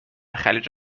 خلیج